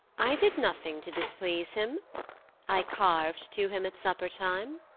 i did nothing to displease him i carved to him at supper-time.